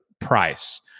price